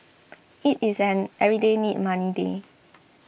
it is an everyday need money day